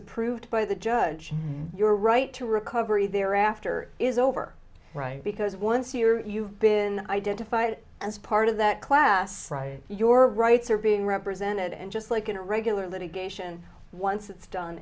approved by the judge your right to recovery thereafter is over because once here you've been identified as part of that class your rights are being represented and just like in a regular litigation once it's done